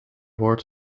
woord